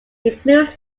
includes